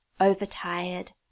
overtired